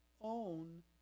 own